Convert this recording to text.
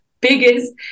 biggest